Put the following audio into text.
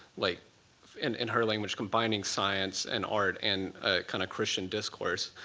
like and in her language, combining science, and art, and kind of christian discourse.